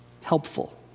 helpful